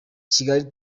kigali